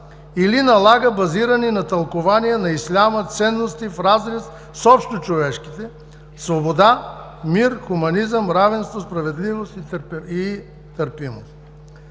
или налага, базирани на тълкувания на исляма, ценности в разрез с общочовешките свобода, мир, хуманизъм, равенство, справедливост и търпимост.“